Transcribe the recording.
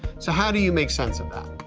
so how do you make sense of that?